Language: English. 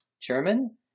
German